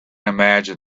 imagine